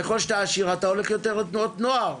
ככל שאתה עשיר אתה הולך יותר לתנועות נוער.